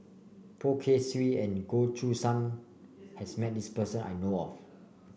Poh Kay Swee and Goh Choo San has met this person I know of